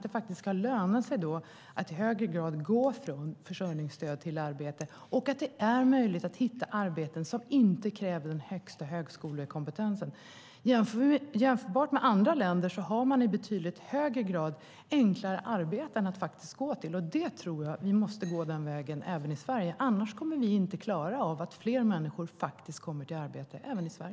Det ska löna sig i högre grad att gå från försörjningsstöd till arbete, och det ska vara möjligt att hitta arbeten som inte kräver den högsta högskolekompetensen. Om vi jämför med andra länder ser vi att man där i betydligt högre grad har enklare arbeten att gå till. Jag tror att vi måste gå den vägen även i Sverige; annars kommer vi inte att klara av att fler människor kommer i arbete även här.